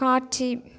காட்சி